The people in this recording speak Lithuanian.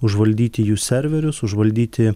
užvaldyti jų serverius užvaldyti